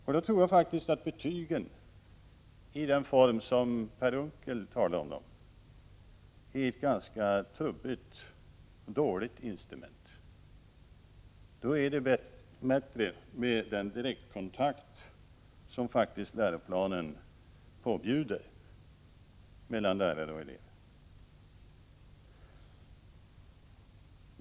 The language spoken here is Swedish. Men jag tror faktiskt att betygen i den form som Per Unckel talar om dem är ett ganska trubbigt och dåligt instrument. Då är det bättre med den direktkontakt som faktiskt läroplanen påbjuder mellan lärare och elev.